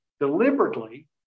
deliberately